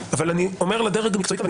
אבל אני אומר לדרג המקצועי כאן ואני